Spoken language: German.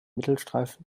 mittelstreifen